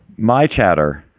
my chatter.